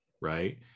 Right